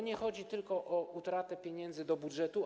Nie chodzi tylko o utratę pieniędzy do budżetu.